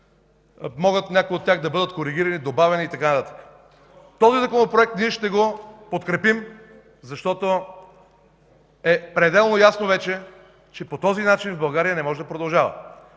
се, някои от тях могат да бъдат коригирани, добавени и така нататък. Този Законопроект ние ще го подкрепим, защото е пределно ясно вече, че по този начин в България не може да се продължава.